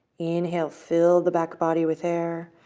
inhale. fill the back body with air.